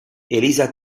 elisa